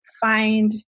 find